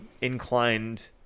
inclined